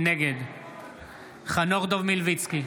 נגד חנוך דב מלביצקי,